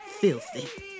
Filthy